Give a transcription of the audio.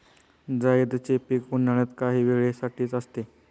जायदचे पीक उन्हाळ्यात काही वेळे साठीच असते